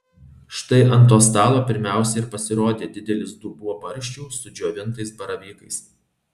štai ant to stalo pirmiausia ir pasirodė didelis dubuo barščių su džiovintais baravykais